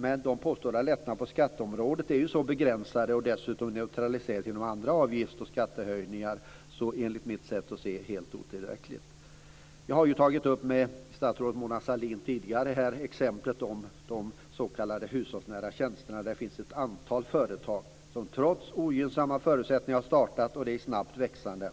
Men de påstådda lättnaderna på skatteområdet är ju så begränsade och dessutom neutraliserade genom andra avgifter och skattehöjningar att de, enligt mitt sätt att se det, är helt otillräckliga. Jag har tidigare här med statsrådet Sahlin tagit upp de s.k. hushållsnära tjänsterna. Det finns ett antal företag som har startat trots ogynnsamma förutsättningar och de är i snabbt växande.